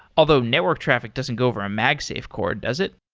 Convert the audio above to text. although network traffic doesn't go over a magsafe cord, does it?